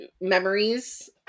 memories